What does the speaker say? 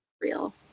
real